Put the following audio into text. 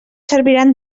serviran